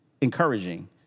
encouraging